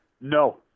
No